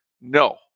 No